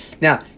Now